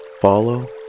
follow